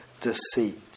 deceit